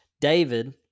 David